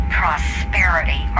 prosperity